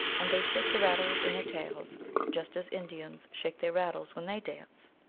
and they shake the rattles in their tails just as indians shake their rattles when they dance.